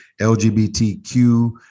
lgbtq